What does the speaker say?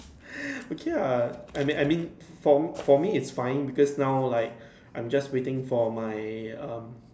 okay ya I mean I mean for for me is fine because now like I am just waiting for my um